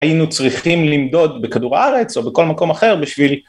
היינו צריכים למדוד בכדור הארץ, או בכל מקום אחר בשביל...